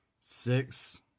six